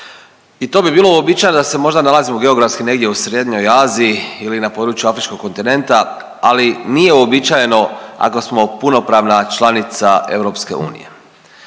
I to bi bilo uobičajeno da se možda nalazimo možda geografski negdje u Srednjoj Aziji ili na području afričkog kontinenta ali nije uobičajeno ako smo punopravna članica EU. Naime,